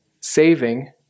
saving